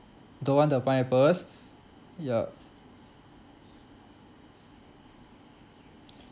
don't want the pineapples yup